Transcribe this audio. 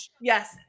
Yes